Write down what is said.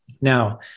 Now